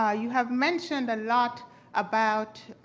ah you have mentioned a lot about